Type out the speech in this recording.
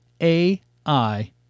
AI